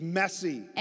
messy